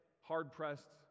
hard-pressed